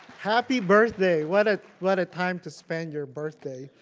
happy birthday, what ah what a time to spend your birthday,